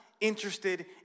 interested